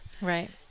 right